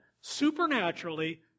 Supernaturally